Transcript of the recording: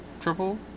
triple